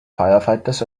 firefighters